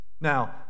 Now